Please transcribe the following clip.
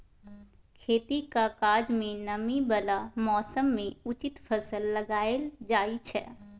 खेतीक काज मे नमी बला मौसम मे उचित फसल लगाएल जाइ छै